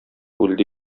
үлде